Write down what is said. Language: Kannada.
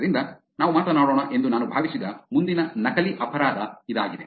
ಆದ್ದರಿಂದ ನಾವು ಮಾತನಾಡೋಣ ಎಂದು ನಾನು ಭಾವಿಸಿದ ಮುಂದಿನ ನಕಲಿ ಅಪರಾಧ ಇದಾಗಿದೆ